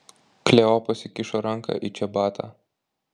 kleopas įkišo ranką į čebatą